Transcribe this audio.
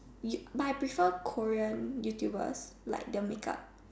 you but I prefer Korean YouTubers like the make up